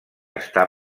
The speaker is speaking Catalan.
està